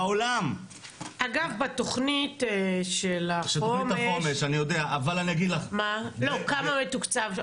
אגב בתכנית החומש, כמה מתוקצב?